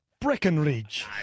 Breckenridge